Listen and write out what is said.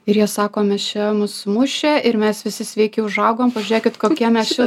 ir jie sako mes čia mus mušė ir mes visi sveiki užaugom pažiūrėkit kokie mes čia